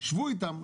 שבו איתם,